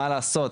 מה לעשות,